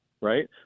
right